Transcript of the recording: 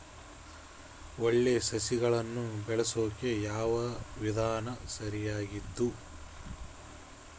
ಒಳ್ಳೆ ಸಸಿಗಳನ್ನು ಬೆಳೆಸೊಕೆ ಯಾವ ವಿಧಾನ ಸರಿಯಾಗಿದ್ದು?